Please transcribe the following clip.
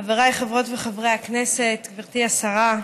חבריי חברות וחברי הכנסת, גברתי השרה,